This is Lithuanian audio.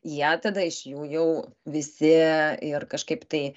jie tada iš jų jau visi ir kažkaip tai